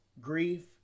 grief